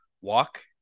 walk